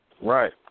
Right